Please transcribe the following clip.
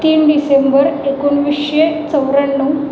तीन डिसेंबर एकोणवीसशे चौऱ्याण्णव